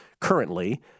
currently